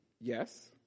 Yes